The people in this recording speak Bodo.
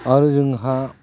आरो जोंहा